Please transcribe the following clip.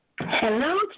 Hello